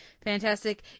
fantastic